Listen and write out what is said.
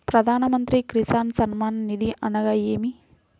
ప్రధాన మంత్రి కిసాన్ సన్మాన్ నిధి అనగా ఏమి?